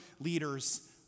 leaders